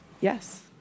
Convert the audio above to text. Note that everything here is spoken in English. Yes